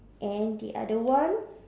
and the other one